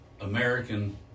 american